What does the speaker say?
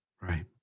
Right